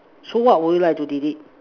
so what would you like to delete